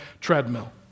treadmill